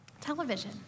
television